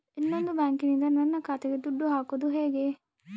ಇನ್ನೊಂದು ಬ್ಯಾಂಕಿನಿಂದ ನನ್ನ ಖಾತೆಗೆ ದುಡ್ಡು ಹಾಕೋದು ಹೇಗೆ?